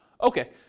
Okay